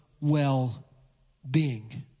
well-being